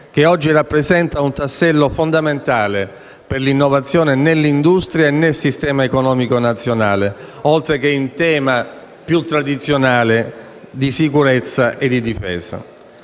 che oggi rappresenta un tassello fondamentale per l'innovazione nell'industria e nel sistema economico nazionale, oltre che in tema più tradizionale di sicurezza e difesa.